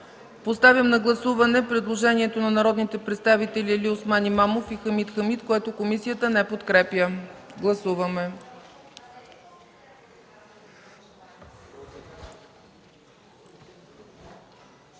Поставям на гласуване предложението на народните представители Алиосман Имамов и Хамид Хамид, което комисията не подкрепя. Гласували